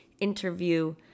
interview